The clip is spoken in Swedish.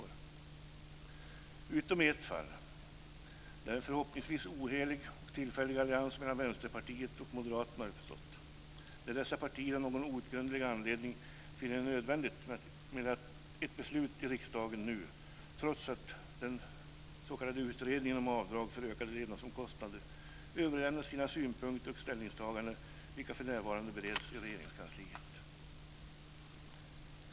Undantag härifrån är ett fall där en förhoppningsvis ohelig och tillfällig allians mellan Vänsterpartiet och Moderaterna har uppstått. Dessa partier har av någon outgrundlig anledning funnit det nödvändigt med ett beslut i riksdagen nu, trots att den s.k. Utredningen om avdrag för ökade levnadsomkostnader överlämnat sina synpunkter och ställningstaganden, vilka för närvarande bereds i Regeringskansliet.